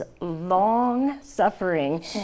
long-suffering